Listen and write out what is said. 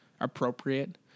appropriate